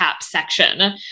section